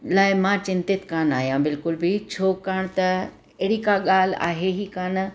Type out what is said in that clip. लाइ मां चिन्तित कान आहियां बिल्कुलु बि छाकाणि त अहिड़ी का ॻाल्हि आहे ई कानि